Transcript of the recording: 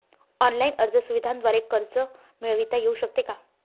Online अर्ज सुविधांद्वारे कर्ज मिळविता येऊ शकते का?